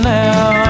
now